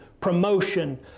promotion